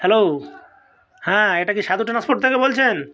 hello হ্যাঁ এটা কি সাধু ট্রান্সপোর্ট থেকে বলছেন